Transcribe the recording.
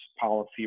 policy